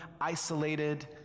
isolated